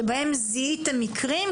שבהם זיהיתם מקרים,